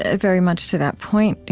ah very much to that point,